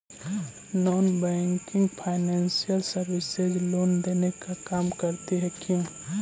Non banking financial services loan देने का काम करती है क्यू?